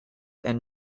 and